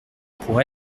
pour